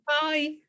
bye